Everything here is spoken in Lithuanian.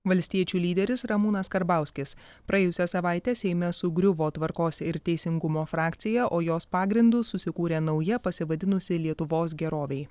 valstiečių lyderis ramūnas karbauskis praėjusią savaitę seime sugriuvo tvarkos ir teisingumo frakcija o jos pagrindu susikūrė nauja pasivadinusi lietuvos gerovei